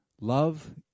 Love